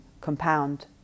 compound